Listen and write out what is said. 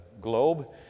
globe